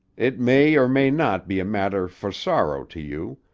it may or may not be a matter for sorrow to you,